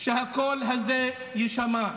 כדי שהקול הזה יישמע.